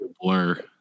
blur